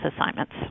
assignments